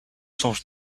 soms